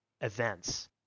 events